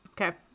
okay